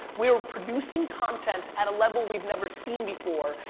we are producing content at a level we've never seen before,